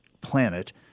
planet